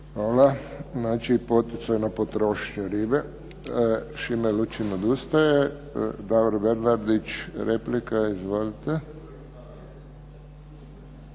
Hvala. Znači poticajna potrošnja ribe. Šime Lučin odustaje. Davor Bernardić, replika. Izvolite.